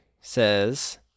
says